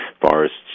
forests